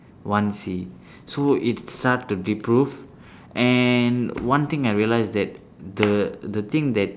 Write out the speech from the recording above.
one C so it start to and one thing I realised that the the thing that